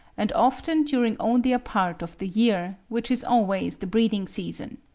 and often during only a part of the year, which is always the breeding-season.